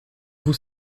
vous